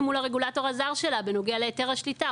מול הרגולטור הזר שלה בנוגע להיתר השליטה.